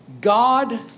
God